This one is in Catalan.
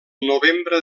novembre